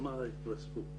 מהרשלנות באתרים.